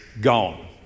gone